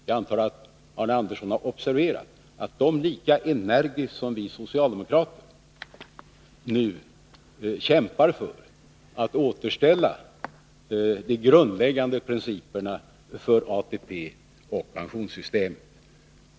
Jag antar att Arne Andersson har observerat att de lika energiskt som vi socialdemokrater nu kämpar för att återställa de grundläggande principerna för ATP och pensionssystemet.